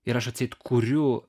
ir aš atseit kuriu